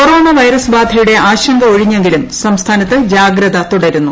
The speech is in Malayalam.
കൊറോണ വൈറസ്ട്ബാധയുടെ ആശങ്ക ഒഴിഞ്ഞെങ്കിലും സംസ്ഥാനത്ത് ജാഗ്രത തുടരുന്നു